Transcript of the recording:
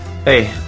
Hey